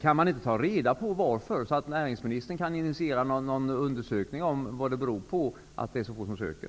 Kan man inte ta reda på anledningen? Kan inte näringsministern initiera en undersökning om vad det beror på att så få söker?